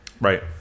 Right